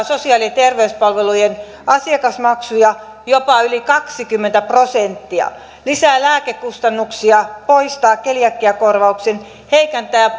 sosiaali ja terveyspalvelujen asiakasmaksuja jopa yli kaksikymmentä prosenttia lisää lääkekustannuksia poistaa keliakiakorvauksen heikentää